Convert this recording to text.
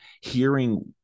hearing